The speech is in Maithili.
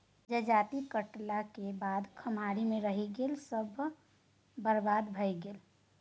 जजाति काटलाक बाद खम्हारे मे रहि गेल सभटा बरबाद भए गेलै